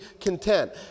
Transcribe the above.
content